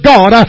God